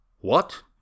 What